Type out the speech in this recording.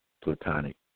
platonic